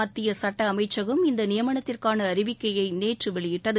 மத்திய சட்ட அமைச்சகம் இந்த நியமனத்திற்கான அறிவிக்கையை நேற்று வெளியிட்டது